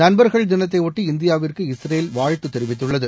நண்பர்கள் தினத்தையொட்டி இந்தியாவிற்கு இஸ்ரேல் வாழ்த்து தெரிவித்துள்ளது